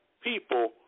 people